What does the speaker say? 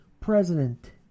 president